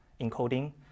encoding